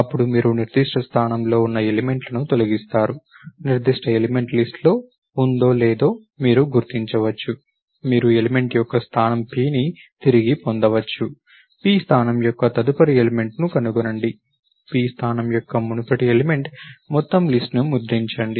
అప్పుడు మీరు నిర్దిష్ట స్థానంలో ఉన్న ఎలిమెంట్ల ను తొలగిస్తారు నిర్దిష్ట ఎలిమెంట్ లిస్ట్ లో ఉందో లేదో మీరు గుర్తించవచ్చు మీరు ఎలిమెంట్ యొక్క స్థానం pని తిరిగి పొందవచ్చు p స్థానం యొక్క తదుపరి ఎలిమెంట్ ని కనుగొనండి p స్థానం యొక్క మునుపటి ఎలిమెంట్ మొత్తం లిస్ట్ ను ముద్రించండి